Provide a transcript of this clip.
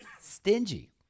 stingy